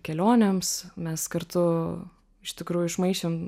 kelionėms mes kartu iš tikrųjų išmaišėm